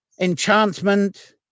enchantment